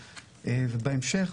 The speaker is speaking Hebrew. ובהמשך,